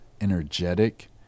energetic